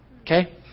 Okay